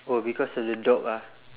oh because of the dog ah